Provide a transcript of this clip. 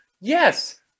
Yes